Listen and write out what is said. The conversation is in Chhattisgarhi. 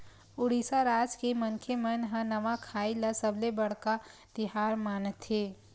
उड़ीसा राज के मनखे मन ह नवाखाई ल सबले बड़का तिहार मानथे